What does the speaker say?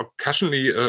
occasionally